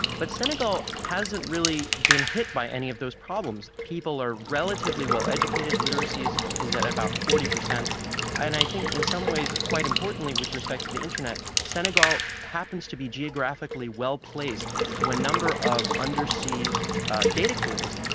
but senegal hasn't really been hit by any of those problems. people are relatively well educated. literacy is but is at about forty percent. and i think in some ways, quite importantly, with respect to the internet, senegal happens to be geographically well placed to a number of undersea data cables.